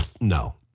No